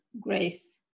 grace